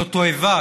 זו תועבה,